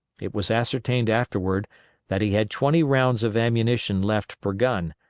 it was ascertained afterward that he had twenty rounds of ammunition left per gun,